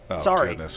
sorry